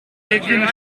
reagierende